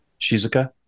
Shizuka